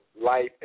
Life